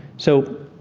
so,